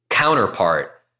counterpart